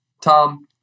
Tom